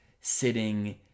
sitting